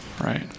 Right